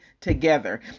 together